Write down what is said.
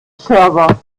server